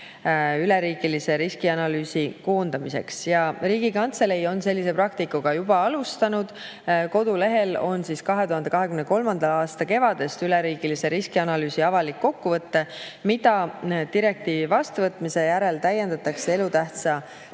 üleriigilisse riskianalüüsi koondamiseks. Riigikantselei on sellise praktikaga juba alustanud. Kodulehel on 2023. aasta kevadest üleriigilise riskianalüüsi avalik kokkuvõte, mida direktiivi vastuvõtmise järel täiendatakse elutähtsa teenuse